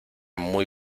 muy